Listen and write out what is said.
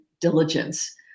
diligence